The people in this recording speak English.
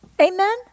Amen